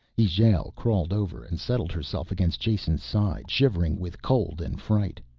ijale crawled over and settled herself against jason's side, shivering with cold and fright.